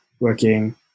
working